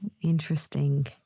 interesting